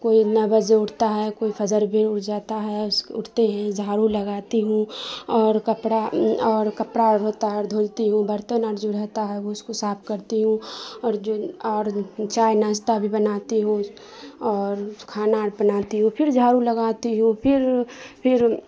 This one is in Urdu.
کوئی نو بجے اٹھتا ہے کوئی فجر بھی اٹھ جاتا ہے اس کے اٹھتے ہی جھارو لگاتی ہوں اور کپڑا اور کپڑا ہوتا ہے دھلتی ہوں برتن اور جو رہتا ہے اس کو صاف کرتی ہوں اور جو اور چائے ناشتہ بھی بناتی ہوں اور کھانا بناتی ہوں پھر جھاڑو لگاتی ہوں پھر پھر